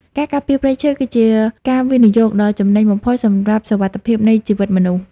ការការពារព្រៃឈើ គឺជាការវិនិយោគដ៏ចំណេញបំផុតសម្រាប់សុវត្ថិភាពនៃជីវិតមនុស្ស។